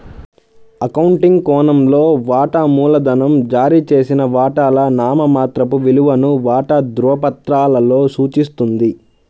accounting కోణంలో, వాటా మూలధనం జారీ చేసిన వాటాల నామమాత్రపు విలువను వాటా ధృవపత్రాలలో సూచిస్తుంది